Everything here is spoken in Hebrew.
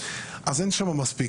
ואין שם מספיק,